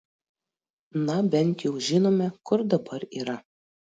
na bent jau žinome kur dabar yra